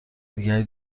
دیگری